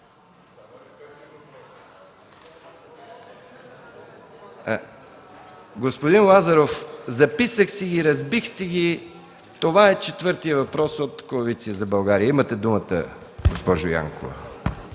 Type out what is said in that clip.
Господин Лазаров, записах си въпросите, разбих си ги, това е четвъртият въпрос от Коалиция за България. Заповядайте, госпожо Янкова.